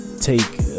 take